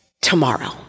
tomorrow